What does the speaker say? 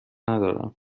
ندارم